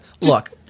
Look